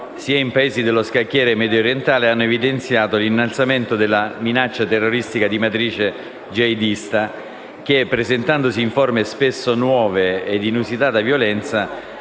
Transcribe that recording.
sia in Paesi dello scacchiere mediorientale hanno evidenziato l'innalzamento della minaccia terroristica di matrice jihadista che, presentandosi in forme spesso nuove e di inusitata violenza,